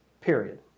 period